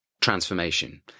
transformation